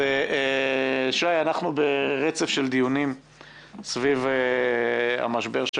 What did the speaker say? אנחנו ברצף של דיונים של המשבר.